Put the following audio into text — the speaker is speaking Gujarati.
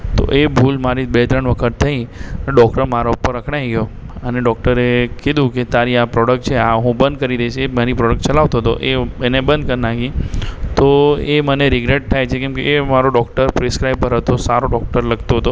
તો એ ભૂલ મારી બે ત્રણ વખત થઇ ડૉક્ટર મારા ઉપર અકળાઇ ગયો અને ડૉક્ટરે કીધું કે તારી આ પ્રોડકટ છે આ હું બંધ કરી દઈશ એ મારી પ્રોડક્ટ ચલાવતો હતો એ એણે બંધ કરી નાખી તો એ મને રિગ્રેટ થાય છે કેમકે એ મારો ડૉકટર પ્રિસક્રાઈબર હતો સારો ડૉક્ટર લાગતો હતો